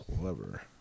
clever